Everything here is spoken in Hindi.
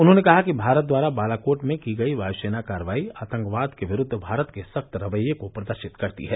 उन्होंने कहा कि भारत द्वारा बालाकोट में की गई वायुसेना कार्रवाई आतंकवाद के विरूद्व भारत के सख्त रवैये को प्रदर्शित करती है